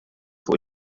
fuq